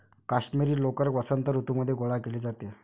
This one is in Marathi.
काश्मिरी लोकर वसंत ऋतूमध्ये गोळा केली जाते